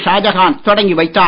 ஷாஜகான் தொடங்கி வைத்தார்